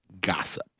gossip